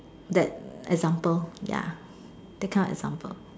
that example ya that kind of example